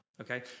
okay